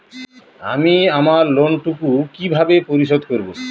আমি আমার লোন টুকু কিভাবে পরিশোধ করব?